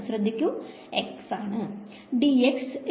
ശ്രദ്ധിക്കു x ആണ് dx 1 0 ആണ്